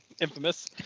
infamous